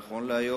נכון להיום,